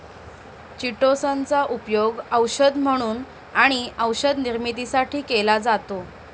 chitosan चा उपयोग औषध म्हणून आणि औषध निर्मितीसाठी केला जातो